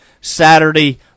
Saturday